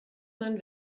man